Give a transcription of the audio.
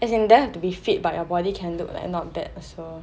as in don't have to be fit but your body can look like not bad also